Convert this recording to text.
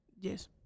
Yes